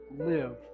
live